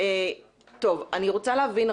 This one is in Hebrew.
אני רוצה להבין,